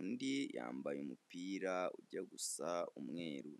undi yambaye umupira ujya gusa umweru.